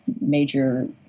major